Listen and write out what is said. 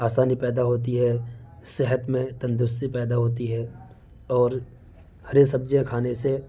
آسانی پیدا ہوتی ہے صحت میں تندرستی پیدا ہوتی ہے اور ہری سبزیاں کھانے سے